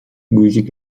guzik